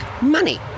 money